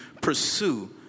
pursue